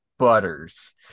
butters